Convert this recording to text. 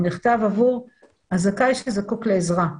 הוא נכתב עבור הזכאי שזקוק לעזרה.